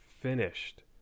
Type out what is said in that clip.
finished